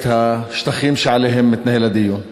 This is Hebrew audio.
את השטחים שעליהם מתנהל הדיון.